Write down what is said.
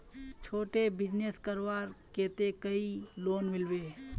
छोटो बिजनेस करवार केते कोई लोन मिलबे?